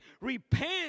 repent